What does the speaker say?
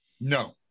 no